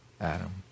Adam